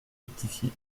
rectifié